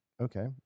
okay